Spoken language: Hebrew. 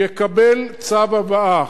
יקבל צו הבאה.